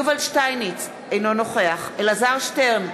יובל שטייניץ, אינו נוכח אלעזר שטרן,